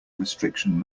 restriction